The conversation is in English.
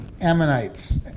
Ammonites